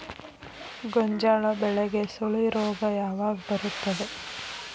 ಗೋಂಜಾಳ ಬೆಳೆಗೆ ಸುಳಿ ರೋಗ ಯಾವಾಗ ಬರುತ್ತದೆ?